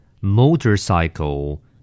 Motorcycle